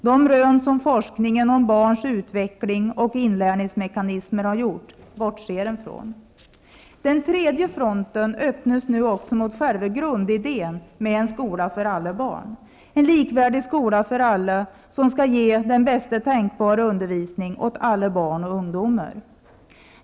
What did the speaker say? De rön som forskningen om barns utveckling och inlärningsmekanismer har gjort bortser man från. Den tredje fronten öppnas nu mot själva grundidén med en skola för alla barn -- en likvärdig skola för alla, som skall ge den bästa tänkbara undervisning åt alla barn och ungdomar.